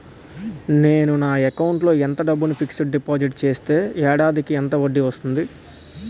నేను నా అకౌంట్ లో కొంత డబ్బును ఫిక్సడ్ డెపోసిట్ చేస్తే ఏడాదికి ఎంత వడ్డీ వస్తుంది?